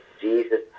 Jesus